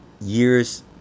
years